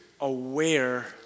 aware